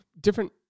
different